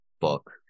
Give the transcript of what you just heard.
book